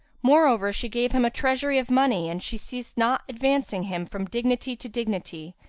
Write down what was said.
moreover, she gave him a treasury of money and she ceased not advancing him from dignity to dignity,